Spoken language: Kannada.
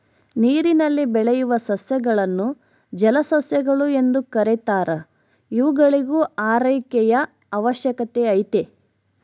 ನೀರಿನಲ್ಲಿ ಬೆಳೆಯುವ ಸಸ್ಯಗಳನ್ನು ಜಲಸಸ್ಯಗಳು ಎಂದು ಕೆರೀತಾರ ಇವುಗಳಿಗೂ ಆರೈಕೆಯ ಅವಶ್ಯಕತೆ ಐತೆ